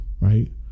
right